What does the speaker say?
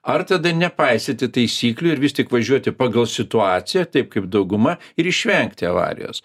ar tada nepaisyti taisyklių ir vis tik važiuoti pagal situaciją taip kaip dauguma ir išvengti avarijos